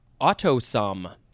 Autosum